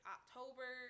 October